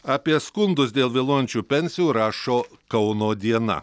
apie skundus dėl vėluojančių pensijų rašo kauno diena